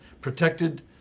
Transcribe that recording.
protected